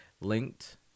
linked